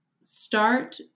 start